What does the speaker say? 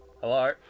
Hello